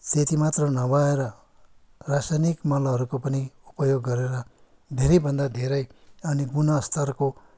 त्यतिमात्र नभएर रासायनिक मलहरूको पनि उपयोग गरेर धेरैभन्दा धेरै अनि गुणस्तरको